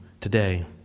today